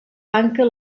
tanca